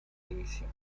división